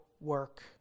work